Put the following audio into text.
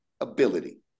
ability